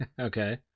Okay